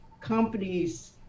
companies